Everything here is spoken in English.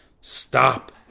stop